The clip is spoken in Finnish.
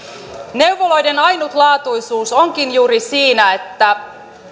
neuvoloiden ainutlaatuisuus onkin juuri siinä että